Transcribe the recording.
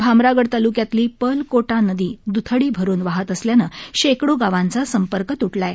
भामरागड तालुक्यातली पर्लकोटा नदी द्थडी भरून वाहत असल्यानं शेकडो गावांचा संपर्क त्टला आहे